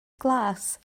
glas